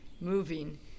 moving